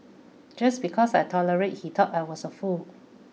just because I tolerated he thought I was a fool